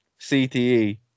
CTE